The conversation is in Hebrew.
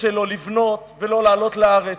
של לא לבנות ולא לעלות לארץ,